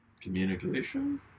Communication